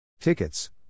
Tickets